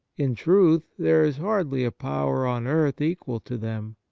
in truth, there is hardly a power on earth equal to them.